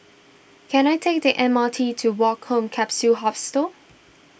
can I take the M R T to Woke Home Capsule Hostel